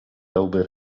dałby